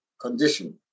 condition